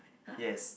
yes